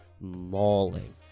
mauling